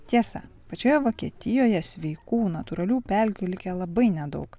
tiesa pačioje vokietijoje sveikų natūralių pelkių likę labai nedaug